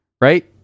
right